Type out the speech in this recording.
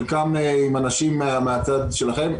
חלקן עם אנשים מהצד שלכם,